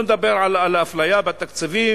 לא נדבר על האפליה בתקציבים.